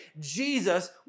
Jesus